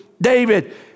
David